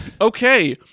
Okay